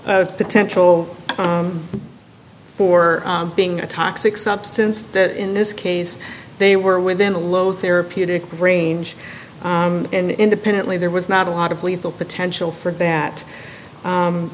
a potential for being a toxic substance that in this case they were within the low therapeutic range and independently there was not a lot of lethal potential for that